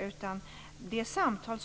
Det förs nu samtal